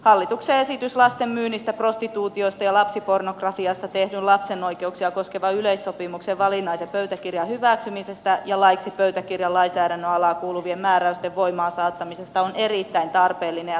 hallituksen esitys lasten myynnistä prostituutiosta ja lapsipornografiasta tehdyn lapsen oikeuksia koskevan yleissopimuksen valinnaisen pöytäkirjan hyväksymisestä ja laiksi pöytäkirjan lainsäädännön alaan kuuluvien määräysten voimaansaattamisesta on erittäin tarpeellinen ja tarkoituksenmukainen